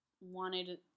wanted